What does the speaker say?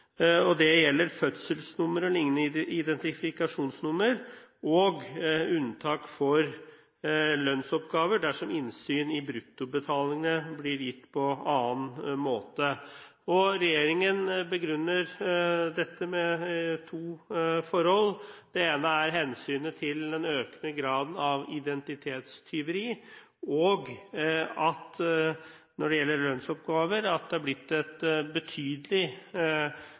informasjon. Det gjelder fødselsnummer og lignende identifikasjonsnummer, og det gjelder lønnsoppgaver dersom innsyn i bruttobetalingene blir gitt på annen måte. Regjeringen begrunner dette med to forhold. Det ene er hensynet til den økende graden av identitetstyveri, og når det gjelder lønnsoppgaver, at det har blitt et betydelig